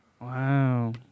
Wow